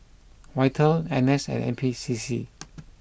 Vital N S and N P C C